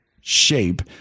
shape